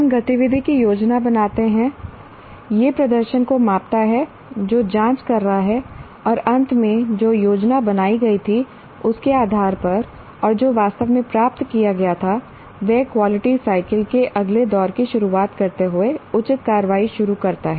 हम गतिविधि की योजना बनाते हैं यह प्रदर्शन को मापता है जो जाँच कर रहा है और अंत में जो योजना बनाई गई थी उसके आधार पर और जो वास्तव में प्राप्त किया गया था वह क्वालिटी साइकिल के अगले दौर की शुरुआत करते हुए उचित कार्रवाई शुरू करता है